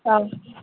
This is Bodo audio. औ